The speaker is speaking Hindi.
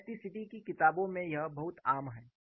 इलास्टिसिटी की किताबों में यह बहुत आम है